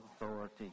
authority